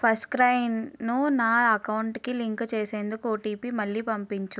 first క్రైన్ను నా అకౌంటుకి లింకు చేసేందుకు ఓటీపీ మళ్ళీ పంపించు